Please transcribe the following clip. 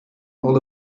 all